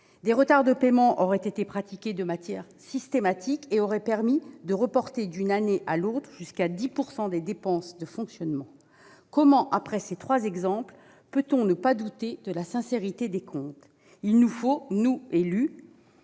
Des retards de paiement auraient été pratiqués de manière systématique et auraient permis de reporter d'une année sur l'autre jusqu'à 10 % des dépenses de fonctionnement. Comment, au regard de ces trois exemples, peut-on ne pas douter de la sincérité des comptes ? Il nous faut, nous, élus,